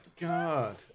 God